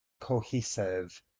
cohesive